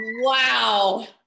Wow